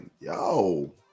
yo